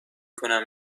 کنم